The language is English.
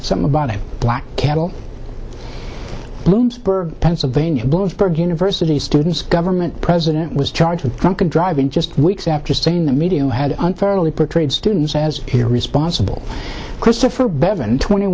some about a black kettle bloomsburg pennsylvania bloomsburg university students government president was charged with drunken driving just weeks after saying the media had unfairly portrayed students as a responsible christopher bevan twenty